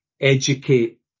educate